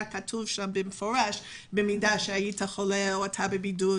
היה כתוב שם במפורש: במידה והיית חולה או בבידוד,